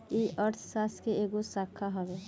ई अर्थशास्त्र के एगो शाखा हवे